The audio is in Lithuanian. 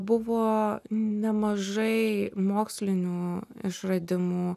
buvo nemažai mokslinių išradimų